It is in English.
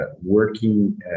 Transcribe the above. working